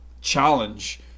challenge